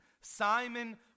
Simon